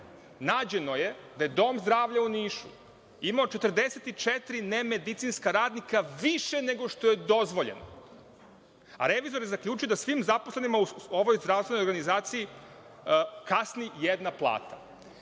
nađeno je da dom zdravlja u Nišu imao 44 nemedicinska radnika više nego što je dozvoljeno, a revizor je zaključio da svim zaposlenima u ovoj zdravstvenoj organizaciji kasni jedna plata. Da